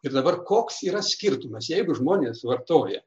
ir dabar koks yra skirtumas jeigu žmonės vartoja